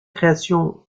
création